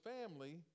family